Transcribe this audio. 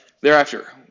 Thereafter